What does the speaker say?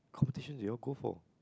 competition did y'all go for